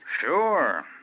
Sure